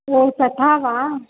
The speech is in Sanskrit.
ओ तथा वा